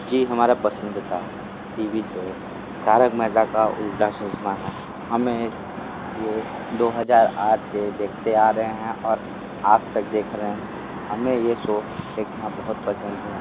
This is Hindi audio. जी हमारा पसंदीदा T V show Tarak Mehta का उल्टा चश्मा है हमें ये दो हजार आठ से देखते आ रहे हैं और आज तक देख रहे हैं हमें ये सो देखना बहुत पसंद है